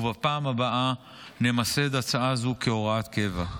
ובפעם הבאה נמסד הצעה זו כהוראת קבע.